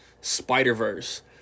spider-verse